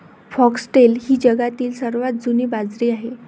foxtail ही जगातील सर्वात जुनी बाजरी आहे